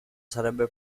sarebbe